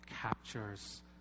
captures